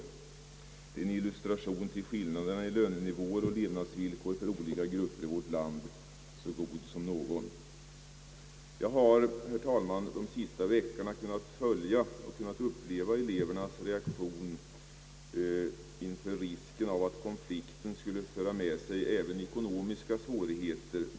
Detta är en illustration så god som någon av skillnaderna i lönenivåer och levnadsvillkor för olika grupper i vårt land. Jag har under de senaste veckorna kanske bättre än de flesta i denna kammare kunnat uppleva elevernas reaktion inför risken av att konflikten skulle föra med sig även ekonomiska svårigheter.